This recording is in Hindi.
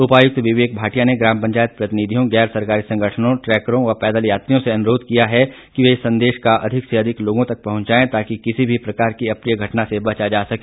उपायुक्त विवेक भाटिया ने ग्राम पंचायत प्रतिनिधियों गैर सरकारी संगठनों ट्रैकरों व पैदल यात्रियों से अनुरोध किया है कि इस संदेश को अधिक से अधिक लोगों तक पहुंचाएं ताकि किसी भी प्रकार की अप्रिय घटना से बचा जा सके